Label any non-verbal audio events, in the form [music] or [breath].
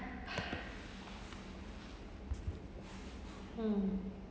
[breath] mm